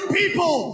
people